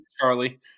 Charlie